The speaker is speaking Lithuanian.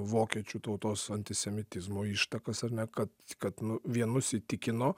vokiečių tautos antisemitizmo ištakas ar ne kad kad vienus įtikino